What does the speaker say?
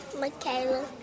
Michaela